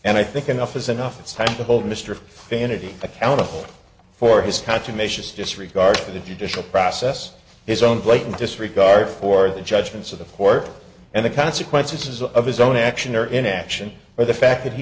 and i think enough is enough it's time to hold mr fantasy accountable for his country mischa's disregard for the judicial process his own blatant disregard for the judgments of the court and the consequences of his own action or inaction or the fact that he